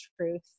truth